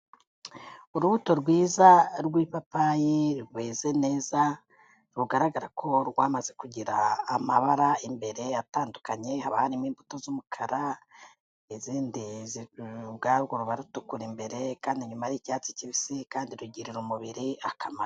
Urubuto rwiza rw'ipapayi rweze neza, rugaragara ko rwamaze kugira amabara imbere atandukanye, haba harimo imbuto z'umukara, izindi ubwarwo ruba rutukura imbere, kandi nyuma y'icyatsi kibisi, kandi rugirira umubiri akamaro.